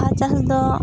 ᱵᱟᱦᱟ ᱪᱟᱥ ᱫᱚ